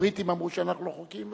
הבריטים אמרו שאנחנו לא חוקיים,